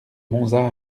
monza